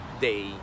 day